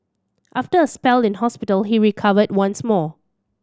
after a spell in hospital he recovered once more